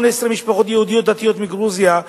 18 משפחות יהודיות דתיות מגרוזיה,